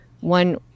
one